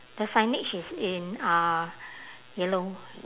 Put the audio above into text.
the signage is in uh yellow